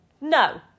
No